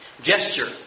gesture